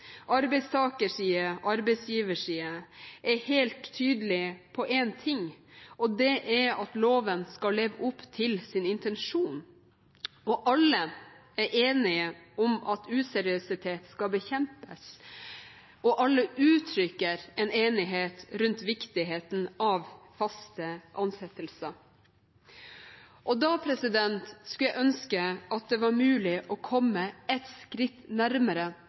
arbeidstakerside, arbeidsgiverside – er helt tydelige på én ting, og det er at loven skal leve opp til sin intensjon. Alle er enige om at useriøsitet skal bekjempes, og alle uttrykker enighet om viktigheten av faste ansettelser. Da skulle jeg ønske at det var mulig å komme et skritt nærmere